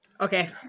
Okay